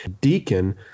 Deacon